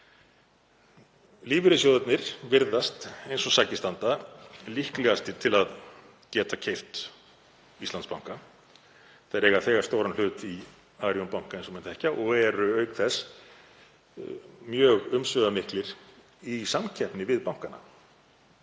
Lífeyrissjóðirnir virðast eins og sakir standa líklegastir til að geta keypt Íslandsbanka. Þeir eiga þegar stóran hlut í Arion banka, eins og menn þekkja, og eru auk þess mjög umsvifamiklir í samkeppni við bankana.